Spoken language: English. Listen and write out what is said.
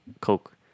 Coke